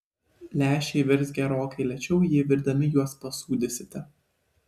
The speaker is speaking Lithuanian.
lęšiai virs gerokai lėčiau jei virdami juos pasūdysite